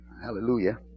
Hallelujah